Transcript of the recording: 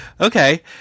Okay